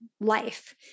life